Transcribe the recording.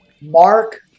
Mark